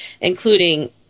including